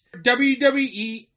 WWE